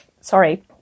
Sorry